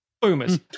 boomers